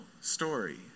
story